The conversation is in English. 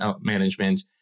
management